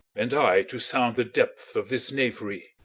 and i to sound the depth of this knavery.